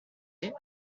est